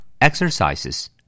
exercises